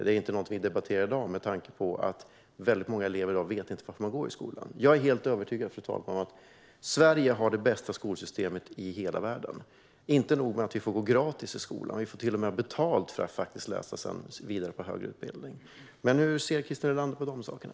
Det är inte någonting vi debatterar i dag, men många elever vet i dag inte varför de går i skolan. Jag är helt övertygad om, fru talman, att Sverige har det bästa skolsystemet i hela världen. Inte nog med att vi får gå i skolan gratis - vi får till och med betalt för att läsa vidare på högre utbildning. Hur ser Christer Nylander på de här sakerna?